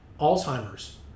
Alzheimer's